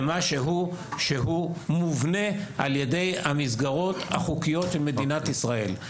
משהו מובנה על ידי המסגרות החוקיות של מדינת ישראל.